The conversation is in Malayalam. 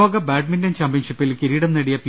ലോക ബാഡ്മിന്റൺ ചാമ്പ്യൻഷിപ്പിൽ കിരീടം നേടിയ പി